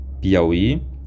Piauí